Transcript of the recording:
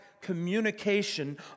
communication